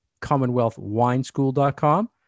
CommonwealthWineSchool.com